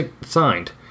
signed